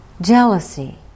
jealousy